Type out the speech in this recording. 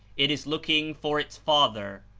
it is looking for its father,